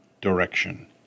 direction